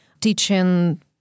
teaching